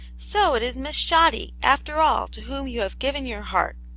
so, it is miss shoddy, after all, to whom you have given your heart!